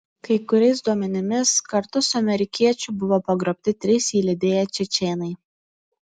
kai kuriais duomenimis kartu su amerikiečiu buvo pagrobti trys jį lydėję čečėnai